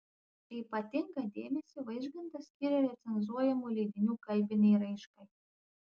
ypatingą dėmesį vaižgantas skyrė recenzuojamų leidinių kalbinei raiškai